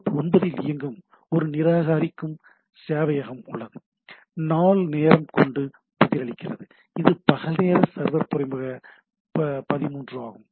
board 9 இல் ஒரு நிராகரிக்கும் சேவையகம் உள்ளது நாள் நேரம் கொண்டு பதிலளிக்கிறது இது பகல்நேர சர்வர் துறைமுக 13 ஆகும்